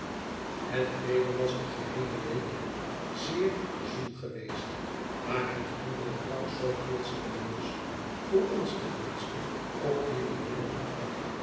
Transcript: het weder was de geheele week zeer zoel geweest maar het onweer brak zoo plotseling los voor ons ten minste op die belommerde plek